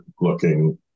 looking